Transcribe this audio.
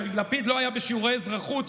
לפיד לא היה בשיעורי אזרחות,